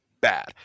bad